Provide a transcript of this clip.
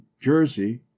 Jersey